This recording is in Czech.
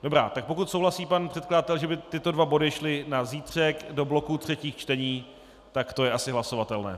Dobrá, tak pokud souhlasí pan předkladatel, že by tyto dva body šly na zítřek do bloku třetích čtení, tak to je asi hlasovatelné.